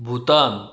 Bhutan